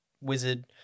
wizard